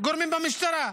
גורמים במשטרה.